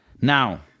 Now